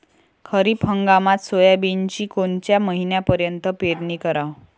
खरीप हंगामात सोयाबीनची कोनच्या महिन्यापर्यंत पेरनी कराव?